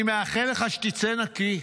אני מאחל לך שתצא נקי.